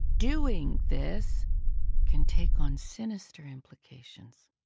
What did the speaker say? doing this can take on sinister implications.